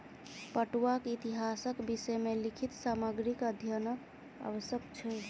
पटुआक इतिहासक विषय मे लिखित सामग्रीक अध्ययनक आवश्यक छै